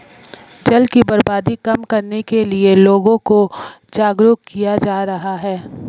जल की बर्बादी कम करने के लिए लोगों को जागरुक किया जा रहा है